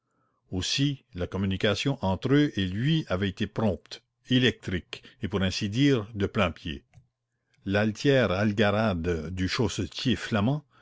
aussi la communication entre eux et lui avait été prompte électrique et pour ainsi dire de plain-pied l'altière algarade du chaussetier flamand